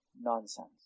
nonsense